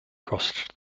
crossed